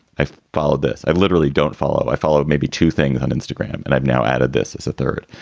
i follow this. i literally don't follow. i follow maybe two things on instagram. and i've now added this as a third.